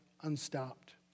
unstopped